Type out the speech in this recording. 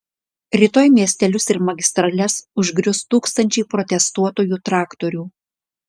rytoj miestelius ir magistrales užgrius tūkstančiai protestuotojų traktorių